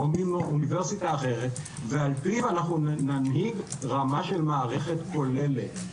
מאוניברסיטה אחרת ועל פיו אנחנו ננהיג רמה של מערכת כוללת.